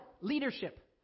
Leadership